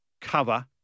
cover